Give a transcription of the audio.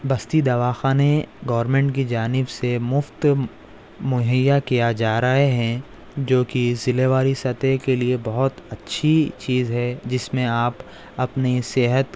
بستی دواخانے گورمنٹ کی جانب سے مفت مہیا کیا جا رہے ہیں جو کہ ضلع واری سطح کے لیے بہت اچھی چیز ہے جس میں آپ اپنی صحت